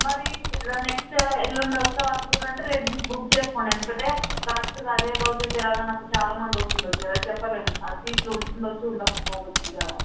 మరి నెక్స్ట్ ఎల్లుండి వస్తాం అనుకుర్రంటే రేపు తీస్ బుక్ చేసుకోండి ఎందుకంటే కరెక్టుగా అదే రోజు తెలంగాణకు చాలా మంది వస్తుండచ్చు కదా చెప్పలేము ఆ సీట్లు ఉండవచ్చు ఉండకపోవచ్చు కదా